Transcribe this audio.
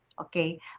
Okay